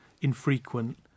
infrequent